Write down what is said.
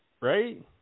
right